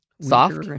soft